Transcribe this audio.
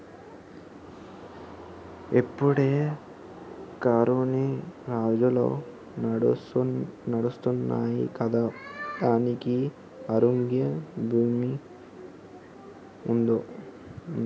ఇప్పుడు కరోనా రోజులు నడుస్తున్నాయి కదా, దానికి ఆరోగ్య బీమా ఉందా?